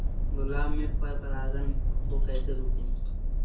गुलाब में पर परागन को कैसे रोकुं?